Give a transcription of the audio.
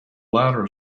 latter